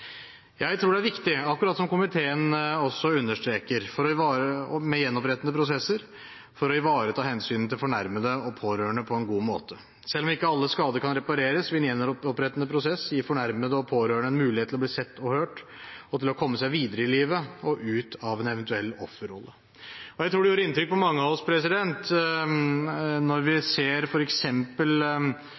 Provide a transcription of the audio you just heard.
Jeg tror det er viktig, akkurat som komiteen også understreker, med gjenopprettende prosesser for å ivareta hensynet til fornærmede og pårørende på en god måte. Selv om ikke alle skader kan repareres, vil en gjenopprettende prosess gi fornærmede og pårørende en mulighet til å bli sett og hørt og til å komme seg videre i livet og ut av en eventuell offerrolle. Jeg tror det gjorde inntrykk på mange av oss da vi